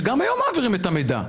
שגם היום מעבירים את המידע.